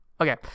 okay